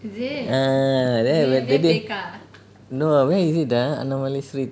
ah there there they no where is it ah Annamalai street